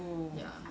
oh